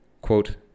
Quote